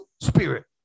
spirit